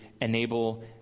enable